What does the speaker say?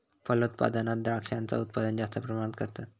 फलोत्पादनात द्रांक्षांचा उत्पादन जास्त प्रमाणात करतत